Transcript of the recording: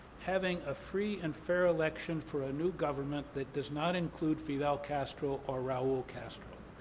having a free and fair election for a new government that does not include fidel castro or raul castro.